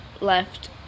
left